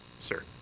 sir.